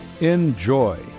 Enjoy